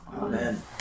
Amen